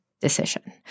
decision